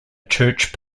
church